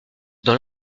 dans